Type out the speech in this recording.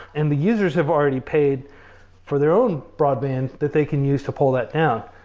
and the users have already paid for their own broadband that they can use to pull that down.